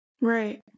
Right